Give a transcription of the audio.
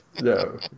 No